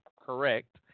correct